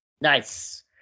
nice